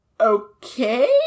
okay